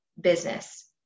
business